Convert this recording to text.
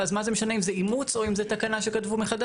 אז מה זה משנה אם זה אימוץ או אם זו תקנה שכתבו מחדש?